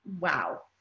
wow